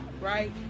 right